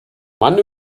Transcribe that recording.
mann